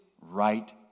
right